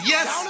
Yes